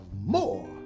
more